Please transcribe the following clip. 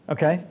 Okay